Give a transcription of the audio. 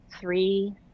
three